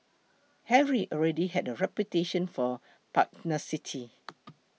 Harry already had a reputation for pugnacity